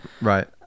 Right